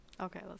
Okay